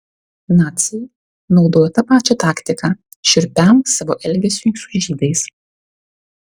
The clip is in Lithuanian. naciai naudojo tą pačią taktiką šiurpiam savo elgesiui su žydais